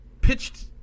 pitched